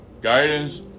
guidance